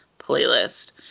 playlist